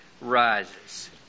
rises